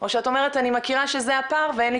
או שאת אומרת שאני מכירה שזה הפער ואין לי